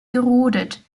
gerodet